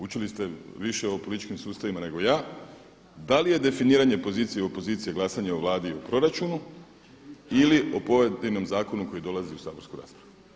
Učili ste više o političkim sustavima nego ja, da li je definiranje pozicije i opozicije glasanje o Vladi i o proračunu ili o pojedinom zakonu koji dolazi u saborsku raspravu.